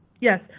Yes